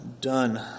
done